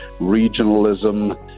regionalism